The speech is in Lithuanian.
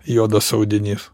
juodas audinys